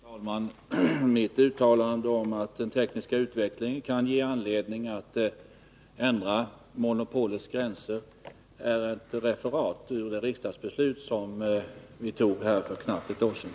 Fru talman! Mitt uttalande om att den tekniska utvecklingen kan ge anledning till ändring av monopolets gränser är ett referat ur det riksdagsbeslut som fattades för knappt ett år sedan.